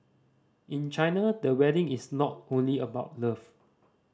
in China the wedding is not only about love